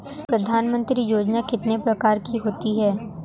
प्रधानमंत्री योजना कितने प्रकार की होती है?